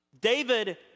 David